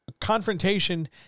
Confrontation